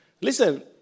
Listen